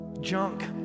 junk